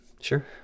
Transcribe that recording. Sure